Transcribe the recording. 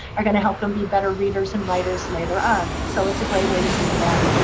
are going to help them be better readers and writers later on. so it's a great way to do that.